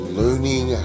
learning